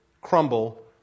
crumble